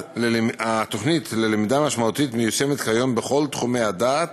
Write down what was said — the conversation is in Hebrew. התוכנית ללמידה משמעותית מיושמת כיום בכל תחומי הדעת